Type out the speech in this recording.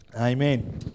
Amen